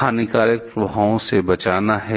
हानिकारक प्रभावों से बचाना है